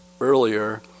earlier